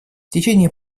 течение